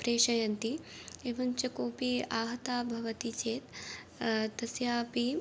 प्रेषयन्ति एवं च कोऽपि आहतः भवति चेत् तस्यापि